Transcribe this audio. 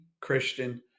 Christian